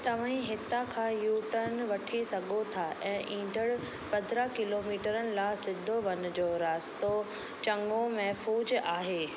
तव्हां हितां खां यू टर्न वठी सघो था ऐं ईंदड़ु पंद्रहं किलोमिटरनि लाइ सिधो वञिजो रस्तो चङो महफूज़ु आहे